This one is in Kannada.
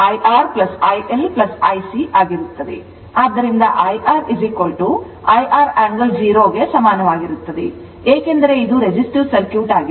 ಆದ್ದರಿಂದ IR IR angle 0 ಗೆ ಸಮಾನವಾಗಿರುತ್ತದೆ ಏಕೆಂದರೆ ಇದು resistive ಸರ್ಕ್ಯೂಟ್ ಆಗಿದೆ